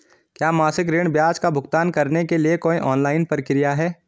क्या मासिक ऋण ब्याज का भुगतान करने के लिए कोई ऑनलाइन प्रक्रिया है?